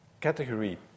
Category